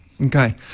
Okay